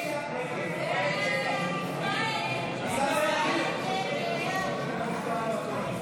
לחלופין ד לא נתקבלה.